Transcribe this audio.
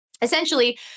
essentially